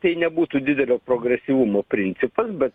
tai nebūtų didelio progresyvumo principas bet